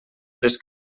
les